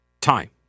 time